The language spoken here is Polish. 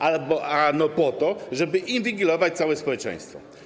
Ano po to, żeby inwigilować całe społeczeństwo.